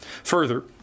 Further